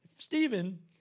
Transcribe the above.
Stephen